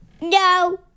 No